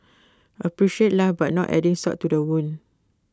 appreciate life but not adding salt to the wound